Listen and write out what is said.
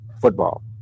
football